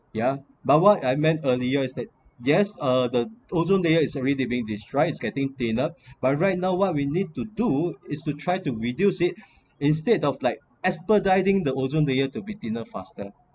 yeah but what I meant earlier that yes uh the ozone layer is already being destroyed getting thinner by right now what we need to do is to try to reduce it instead of like expediting the ozone layer to be thinner faster